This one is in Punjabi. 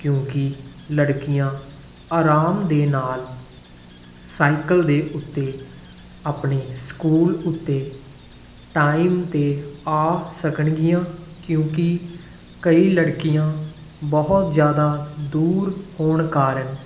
ਕਿਉਂਕਿ ਲੜਕੀਆਂ ਆਰਾਮ ਦੇ ਨਾਲ ਸਾਈਕਲ ਦੇ ਉੱਤੇ ਆਪਣੇ ਸਕੂਲ ਉੱਤੇ ਟਾਈਮ 'ਤੇ ਆ ਸਕਣਗੀਆਂ ਕਿਉਂਕਿ ਕਈ ਲੜਕੀਆਂ ਬਹੁਤ ਜ਼ਿਆਦਾ ਦੂਰ ਹੋਣ ਕਾਰਨ